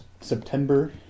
September